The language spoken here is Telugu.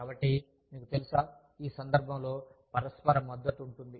కాబట్టి మీకు తెలుసా ఈ సందర్భంలో పరస్పర మద్దతు ఉంది